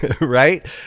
Right